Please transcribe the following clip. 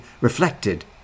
reflected